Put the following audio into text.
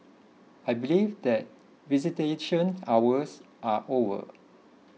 I believe that visitation hours are over